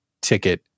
ticket